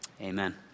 Amen